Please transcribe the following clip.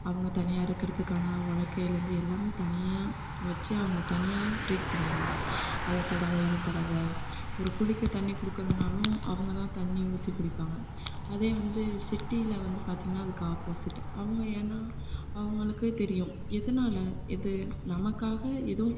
அவங்க தனியாக இருக்கிறதுக்கான உலக்கையிலேருந்து எல்லாமே தனியா வச்சு அவங்க தனியாக ட்ரீட் பண்ணுவாங்க அதை தொடாதே இதை தொடாதே ஒரு குளிக்க தண்ணி கொடுக்கணும்னாலும் அவங்கதான் தண்ணி ஊற்றி குடிப்பாங்க அதே வந்து சிட்டியில் வந்து பார்த்திங்கன்னா அதுக்கு ஆப்போசிட் அவங்க ஏன்னால் அவங்களுக்கே தெரியும் எதனால இது நமக்காக எதுவும்